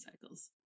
cycles